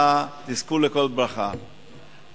ואסור להשאיר אנשים למטה בגלל תקנה דרקונית כזאת,